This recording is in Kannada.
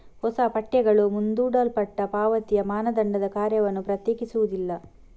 ಹೊಸ ಪಠ್ಯಗಳು ಮುಂದೂಡಲ್ಪಟ್ಟ ಪಾವತಿಯ ಮಾನದಂಡದ ಕಾರ್ಯವನ್ನು ಪ್ರತ್ಯೇಕಿಸುವುದಿಲ್ಲ